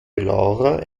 laura